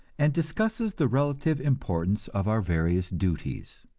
and discusses the relative importance of our various duties.